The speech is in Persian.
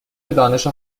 دانش